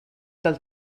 del